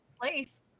place